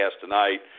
tonight